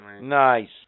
Nice